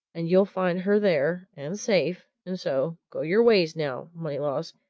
and you'll find her there and safe and so go your ways, now, moneylaws,